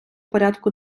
порядку